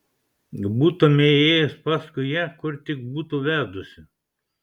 būtumei ėjęs paskui ją kur tik būtų vedusi